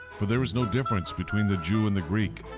for there is no difference between the jew and the greek,